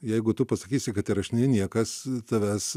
jeigu tu pasakysi kad įrašinėji niekas tavęs